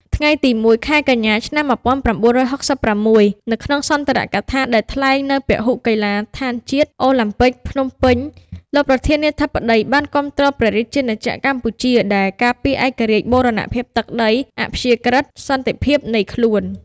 ថ្ងៃទី០១ ខែកញ្ញា ឆ្នាំ១៩៦៦ នៅក្នុងសុន្ទរកថា ដែលថ្លែងនៅពហុកីឡដ្ឋានជាតិ អូឡាំពិកភ្នំពេញ លោកប្រធានាធិបតី បានគាំទ្រព្រះរាជាណាចក្រកម្ពុជា ដែលការពារឯករាជ្យ បូរណភាពទឹកដី អាព្យាក្រឹត សន្តិភាពនៃខ្លួន។